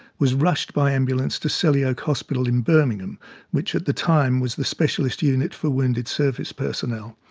was rushed by ambulance to selly oak hospital in birmingham which, at the time, was the specialist unit for wounded service personnel.